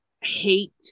hate